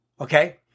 okay